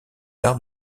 arts